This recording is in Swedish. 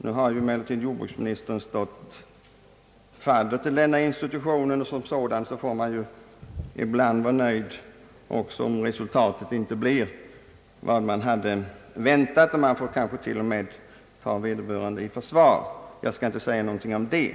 Nu har emellertid jordbruksministern stått fadder till den institution det här gäller, och då får man ibland vara nöjd, om också resultatet inte blivit vad man väntat. Man får kanske till och med ta vederbörande i försvar, men jag skall inte nu säga någonting om detta.